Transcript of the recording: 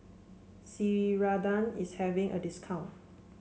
Ceradan is having a discount